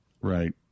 Right